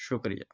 شکریہ